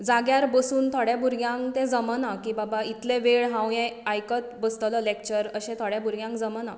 जाग्यार बसून थोड्या भुरग्यांक तें जमना की बाबा इतलो वेळ हांव हें आयकत बसतलो लॅक्चर अशें थोड्या भुरग्यांक जमना